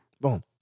Boom